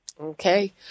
Okay